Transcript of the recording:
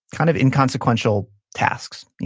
kind of inconsequential tasks,